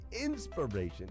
inspiration